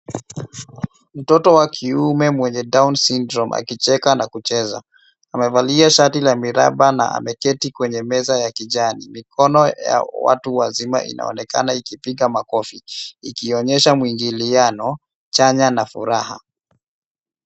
Mtoto wa kiume mwenye down sydrome akicheka na kucheza. Amevalia shati la miraba na ameketi kwenye meza ya kijani. Mikono ya watu wazima inaonekana ikipiga makofi ikionyesha muingiliano chanya na furaha.